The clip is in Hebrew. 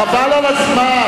חבל על הזמן.